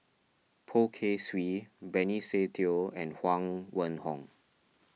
Poh Kay Swee Benny Se Teo and Huang Wenhong